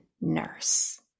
nurse